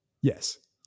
Yes